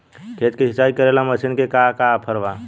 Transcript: खेत के सिंचाई करेला मशीन के का ऑफर बा?